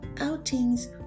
outings